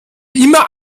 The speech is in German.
immer